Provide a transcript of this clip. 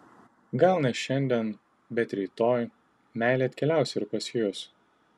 gal ne šiandien bet rytoj meilė atkeliaus ir pas jus